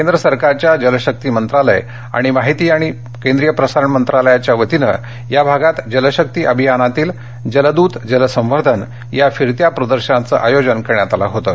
केंद्र सरकारच्या जलशक्ती मंत्रालय आणि माहिती प्रसारण मंत्रालयाच्या वतीनं या भागात जलशक्ती अभियानातील जलदूत जलसंवर्धन या फिरत्या प्रदर्शनाचं आयोजन करण्यात आलं होतं